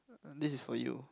this is for you